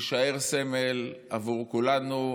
תישאר סמל עבור כולנו,